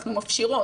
אנחנו מפשירות,